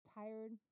tired